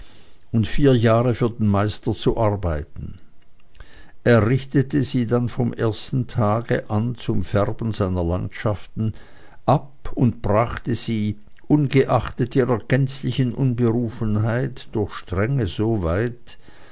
und vier jahre für den meister zu arbeiten er richtete sie dann vom ersten tage an zum färben seiner landschaften ab und brachte sie ungeachtet ihrer gänzlichen unberufenheit durch strenge